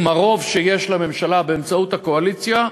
עם הרוב שיש לממשלה באמצעות הקואליציה,